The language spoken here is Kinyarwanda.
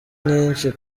nyinshi